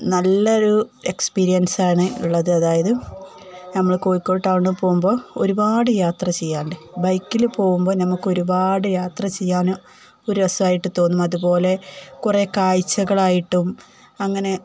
നല്ലയൊരു എക്സ്പീരിയൻസാണുള്ളത് അതായത് നമ്മള് കോഴിക്കോട് ടൗണില് പോകുമ്പോള് ഒരുപാട് യാത്ര ചെയ്യാതെ ബൈക്കില് പോകുമ്പോള് നമുക്കൊരുപാട് യാത്ര ചെയ്യാനൊരു രസമായിട്ട് തോന്നും അതുപോലെ കുറേ കാഴ്ചകളായിട്ടും അങ്ങനെ